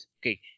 okay